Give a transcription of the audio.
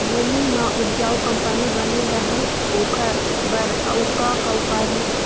भूमि म उपजाऊ कंपनी बने रहे ओकर बर अउ का का उपाय हे?